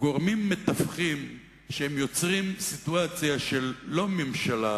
גורמים מתווכים שיוצרים סיטואציה לא של ממשלה,